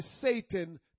Satan